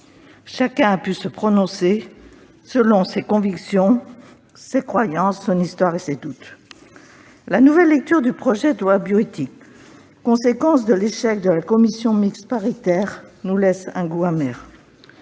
Chacun a pu se prononcer selon ses convictions, ses croyances, son histoire et ses doutes. La nouvelle lecture du projet de loi relatif à la bioéthique, conséquence de l'échec de la commission mixte paritaire, nous laisse un goût amer.